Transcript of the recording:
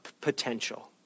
potential